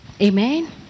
amen